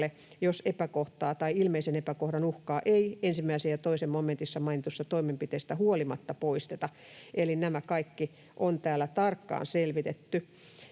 jos epäkohtaa tai ilmeisen epäkohdan uhkaa ei 1 ja 2 momentissa mainituista toimenpiteistä huolimatta poisteta. Eli nämä kaikki on täällä tarkkaan selvitetty.